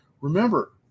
Remember